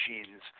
machines